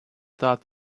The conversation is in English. thought